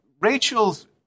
Rachel's